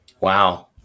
Wow